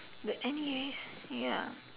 but anyways ya